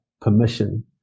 permission